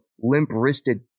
limp-wristed